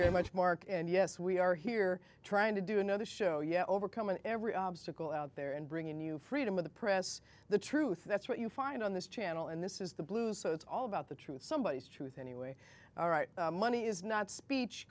very much mark and yes we are here trying to do another show yet overcoming every obstacle out there and bring in new freedom of the press the truth that's what you find on this channel and this is the blues so it's all about the truth somebody is truth anyway all right money is not speech